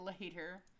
later